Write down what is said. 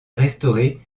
restaurée